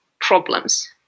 problems